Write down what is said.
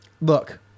look